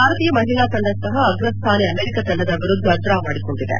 ಭಾರತೀಯ ಮಹಿಳಾ ತಂಡ ಸಪ ಅಗ್ರಸ್ಥಾನಿ ಅಮೆರಿಕ ತಂಡದ ವಿರುದ್ದ ಡ್ರಾ ಮಾಡಿಕೊಂಡಿದೆ